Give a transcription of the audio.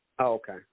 okay